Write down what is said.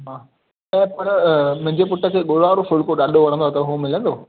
त पर मुंहिंजे पुट खे गुड़ वारो फुल्को ॾाढो वणंदो आहे त हूअ मिलंदो